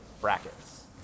brackets